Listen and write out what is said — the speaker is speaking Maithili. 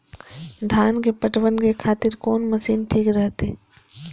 धान के पटवन के खातिर कोन मशीन ठीक रहते?